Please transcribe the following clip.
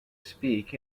speak